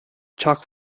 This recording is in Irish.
teach